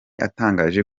atangaje